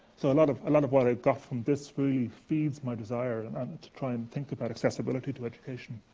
so, a lot of lot of what i got from this really feeds my desire and to try and think about accessibility to education.